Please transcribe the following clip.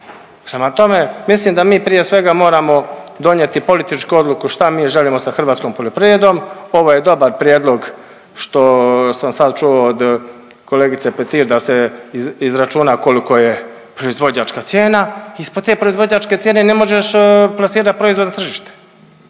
Prema tome, mislim da mi prije svega moramo donijeti političku odluku šta mi želimo sa hrvatskom poljoprivredom. Ovo je dobar prijedlog što sam sad čuo od kolegice Petir da se izračuna koliko je proizvođačka cijena. Ispod te proizvođačke cijene ne možeš plasirati proizvod na tržište.